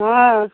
हँ